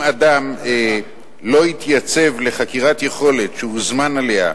אדם לא התייצב לחקירת יכולת שהוזמן אליה,